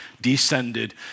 descended